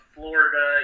Florida